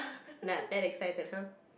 not that excited [hurh]